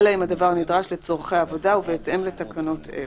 אלא אם הדבר נדרש לצרכי עבודה ובהתאם לתקנות אלה.